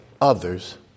others